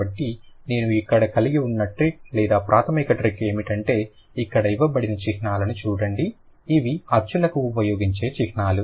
కాబట్టి నేను ఇక్కడ కలిగి ఉన్న ట్రిక్ లేదా ప్రాథమిక ట్రిక్ ఏమిటంటే ఇక్కడ ఇవ్వబడిన చిహ్నాలను చూడండి ఇవి అచ్చులకు ఉపయోగించే చిహ్నాలు